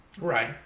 right